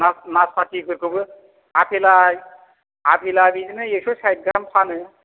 नासपातिफोरखौबो आफेला आफेला बिदिनो एक्श' साइट गाहाम फानो